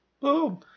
Boom